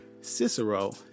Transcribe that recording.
Cicero